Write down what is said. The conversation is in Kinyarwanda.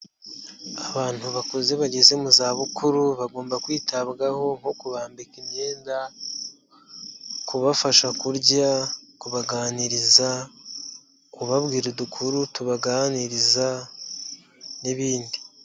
Abantu bakuze bageze mu zabukuru, bagomba kwitabwaho nko kubambika imyenda, kubafasha kurya, kubaganiriza ubabwira udukuru tubaganiriza n'ibindi.